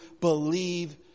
believe